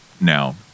now